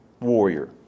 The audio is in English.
warrior